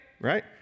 Right